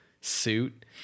suit